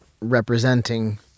representing